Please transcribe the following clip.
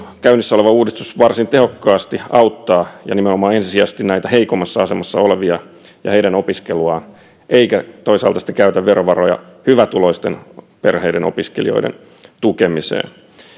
käynnissä oleva uudistus varsin tehokkaasti auttaa ensisijaisesti nimenomaan näitä heikommassa asemassa olevia ja heidän opiskeluaan eikä toisaalta sitten käytä verovaroja hyvätuloisten perheiden opiskelijoiden tukemiseen